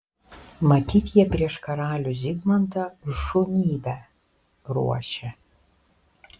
matyt jie prieš karalių zigmantą šunybę ruošia